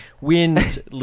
wind